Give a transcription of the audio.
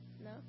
no